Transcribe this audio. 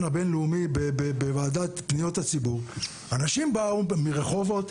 הבין לאומי בוועדת פניות הציבור אנשים באו מרחובות,